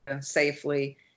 safely